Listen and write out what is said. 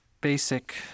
Basic